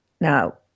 now